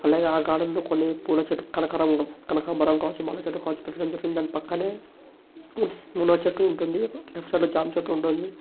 ఆలాగే ఆ గార్డెన్లో కొన్ని పూల చెట్లు కనకరం కనకాంబరం కావచ్చు మల్లె చెట్లు కావచ్చు పెట్టడం జరిగింది దాని పక్కనే మునగ చెట్టు ఉంటుంది లెఫ్ట్ సైడ్లో జామ చెట్టు ఉంటుంది